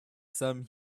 sum